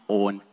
own